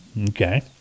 Okay